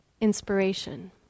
inspiration